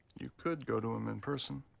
you could go to him in person.